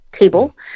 table